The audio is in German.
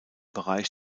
bereich